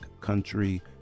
Country